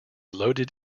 loaded